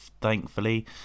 thankfully